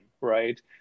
right